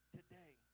today